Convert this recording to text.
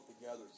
together